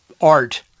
art